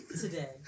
today